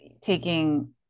taking